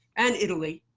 and italy,